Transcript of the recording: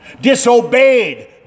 disobeyed